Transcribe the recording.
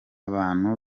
bantu